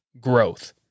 growth